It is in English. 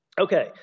Okay